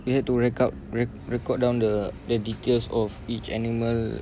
you had to record record down the the details of each animal